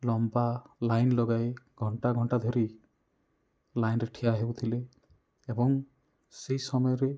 ଲମ୍ବା ଲାଇନ୍ ଲଗାଇ ଘଣ୍ଟାଘଣ୍ଟା ଧରି ଲାଇନ୍ରେ ଠିଆ ହେଉଥିଲେ ଏବଂ ସେଇ ସମୟରେ